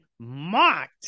mocked